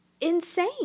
insane